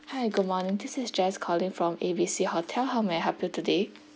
hi good morning this is jess calling from A B C hotel how may I help you today